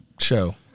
show